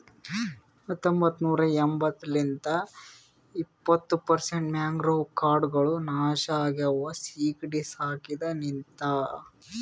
ಹತೊಂಬತ್ತ ನೂರಾ ಎಂಬತ್ತು ಲಿಂತ್ ಇಪ್ಪತ್ತು ಪರ್ಸೆಂಟ್ ಮ್ಯಾಂಗ್ರೋವ್ ಕಾಡ್ಗೊಳ್ ನಾಶ ಆಗ್ಯಾವ ಸೀಗಿಡಿ ಸಾಕಿದ ಲಿಂತ್